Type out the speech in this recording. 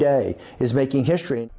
day is making history